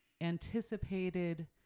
anticipated